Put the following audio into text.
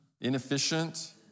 inefficient